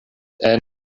ene